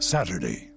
Saturday